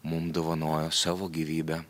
mum dovanojo savo gyvybę